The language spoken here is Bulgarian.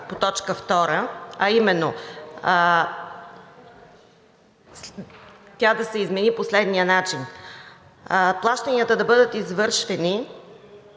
по точка втора, а именно тя да се измени по следния начин: „Плащанията да бъдат извършени